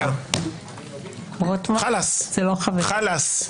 --- חלאס, חלאס.